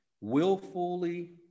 Willfully